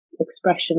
expression